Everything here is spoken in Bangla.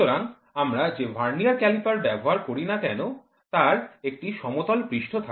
সুতরাং আমরা যে ভার্নিয়ার ক্যালিপার ব্যবহার করি না কেন তার একটি সমতল পৃষ্ঠ থাকে